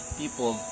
people